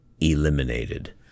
eliminated